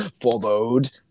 forebode